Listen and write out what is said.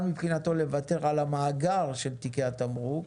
מבחינתו לוותר על המאגר של תיקי התמרוק.